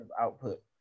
output